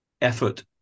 effort